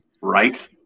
Right